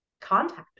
contact